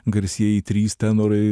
garsieji trys tenorai